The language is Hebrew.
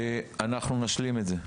אבל אנחנו נשלים את זה.